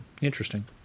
Interesting